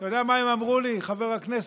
אתה יודע מה הם אמרו לי, חבר הכנסת?